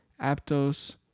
Aptos